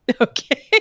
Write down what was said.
Okay